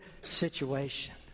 situation